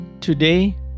Today